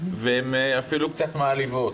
והן אפילו קצת מעליבות.